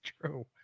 true